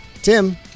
Tim